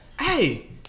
Hey